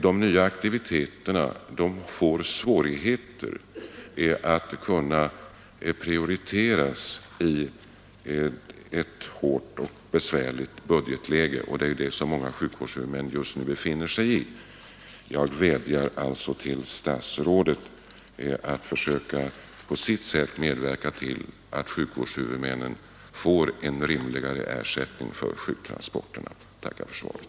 Det blir svårigheter att prioritera de här nya aktiviteterna i ett hårt och besvärligt budgetläge, vilket många sjukvårdshuvudmän nu befinner sig i. Jag tackar än en gång för svaret.